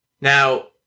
now